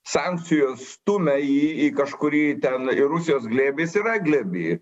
sankcijos stumia jį į kažkurį ten į rusijos glėbį jis yra gleby